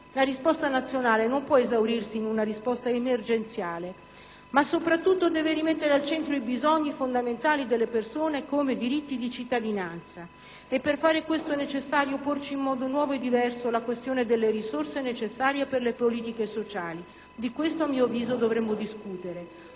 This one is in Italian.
la risposta nazionale non può esaurirsi in una risposta emergenziale, ma soprattutto deve rimettere al centro i bisogni fondamentali delle persone come diritti di cittadinanza. E per fare questo è necessario porci in modo nuovo e diverso la questione delle risorse necessarie per le politiche sociali. Di questo, a mio avviso, dovremmo discutere.